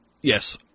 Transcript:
Yes